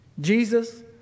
Jesus